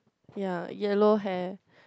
yea yellow hair